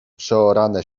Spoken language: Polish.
przeorane